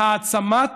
להעצמת